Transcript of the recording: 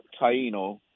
Taino